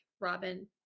Robin